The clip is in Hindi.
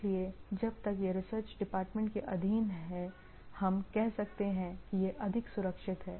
इसलिए जब तक यह रिसर्च डिपार्टमेंट के अधीन है हम कह सकते हैं कि यह अधिक सुरक्षित हैं